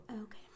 Okay